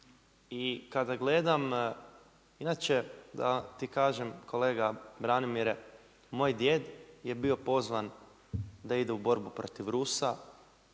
I kada gledam, inače da ti kažem kolega Branimire, moj djed je bio pozvan da ide u borbu protiv Rusa